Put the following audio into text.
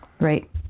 Right